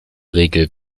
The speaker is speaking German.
regel